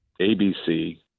ABC